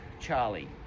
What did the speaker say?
Charlie